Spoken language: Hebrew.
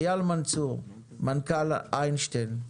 אייל מנצור, מנכ"ל איינשטיין,